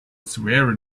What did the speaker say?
swear